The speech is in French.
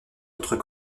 autres